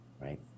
right